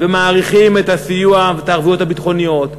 ומעריכים את הסיוע ואת הערבויות הביטחוניות.